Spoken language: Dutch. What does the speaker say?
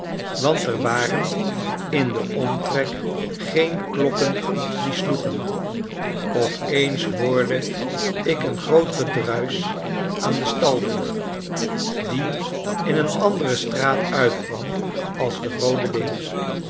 want er waren in den omtrek geen klokken die sloegen op eens hoorde ik een groot gedruisch aan de staldeur die in een andere straat uitkwam als de roode leeuw